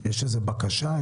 איזו בקשה?